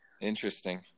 Interesting